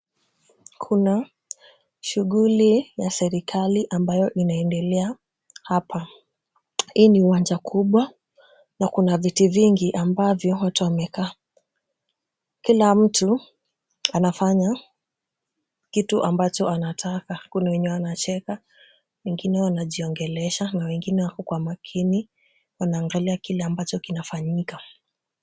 Kuna shughuli ya serikali ambayo inaendelea hapa. Hii ni uwanja kubwa na kuna viti vingi ambavyo watu wamekaa. Kila mtu anafanya kitu ambacho anataka. Kuna wenye wanacheka, wengine wanajiongelesha na wengine wako kwa makini wanaangalia kile ambacho kinafanyika.